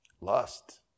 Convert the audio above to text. Lust